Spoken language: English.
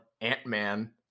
Ant-Man